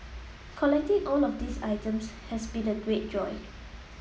collecting all of these items has been my great joy